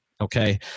Okay